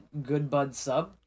goodbudsub